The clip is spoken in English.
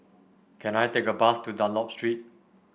can I take a bus to Dunlop Street